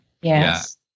Yes